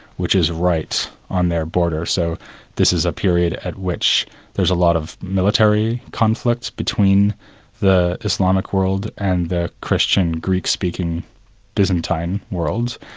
which is right on their border, so this is a period at which there's a lot of military conflict between the islamic world and the christian greek-speaking byzantine world.